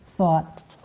thought